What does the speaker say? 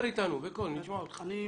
אני רוצה